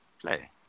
play